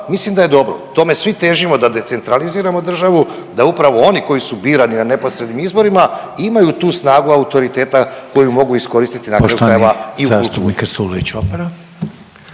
mislim da je dobro. Tome svi težimo da decentraliziramo državu, da upravo oni koji su birani na neposrednim izborima imaju tu snagu autoriteta koju mogu iskoristiti ako treba i u kulturi.